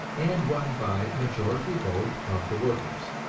and run by majority vote of the workers,